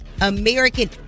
American